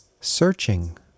Searching